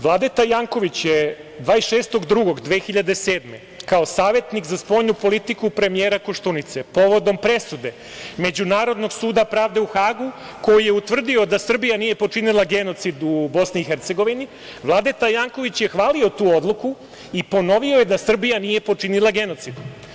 Vladeta Janković je 26. februara 2007. godine, kao savetnik za spoljnu politiku premijera Koštunice povodom presude Međunarodnog suda pravde u Hagu koji je utvrdio da Srbija nije počinila genocid u Bosni i Hercegovini, Vladeta Janković je hvalio tu odluku i ponovio je da Srbija nije počinila genocid.